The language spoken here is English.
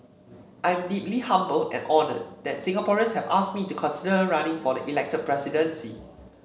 I'm deeply humbled and honoured that Singaporeans have asked me to consider running for the elected presidency